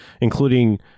including